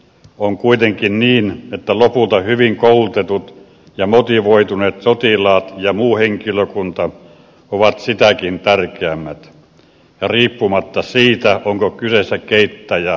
on kuitenkin niin että lopulta hyvin koulutetut ja motivoituneet sotilaat ja muu henkilökunta ovat sitäkin tärkeämmät ja riippumatta siitä onko kyseessä keittäjä tai kenraali